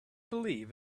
believe